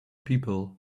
people